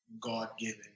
God-given